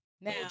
Now